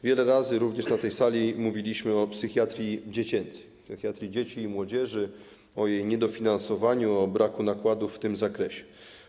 Wiele razy, również na tej sali, mówiliśmy o psychiatrii dziecięcej, psychiatrii dzieci i młodzieży, o jej niedofinansowaniu, o braku nakładów w tym zakresie.